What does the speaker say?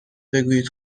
بگویید